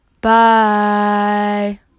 bye